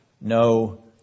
no